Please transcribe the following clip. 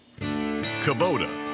Kubota